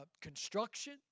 construction